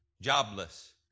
jobless